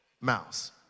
mouse